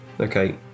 Okay